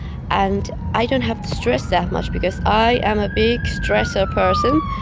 and i don't have to stress that much because i am a big stressor person.